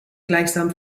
gleichsam